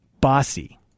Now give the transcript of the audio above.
Bossy